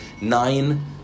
nine